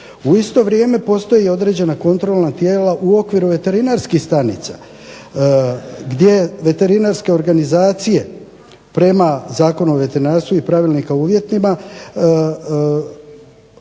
u isto vrijeme postoje određena kontrolna tijela u okviru veterinarskih stanica gdje veterinarske organizacije prema Zakonu o veterinarstvu i Pravilnika o uvjetima